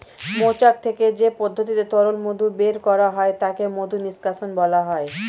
মৌচাক থেকে যে পদ্ধতিতে তরল মধু বের করা হয় তাকে মধু নিষ্কাশণ বলা হয়